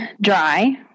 dry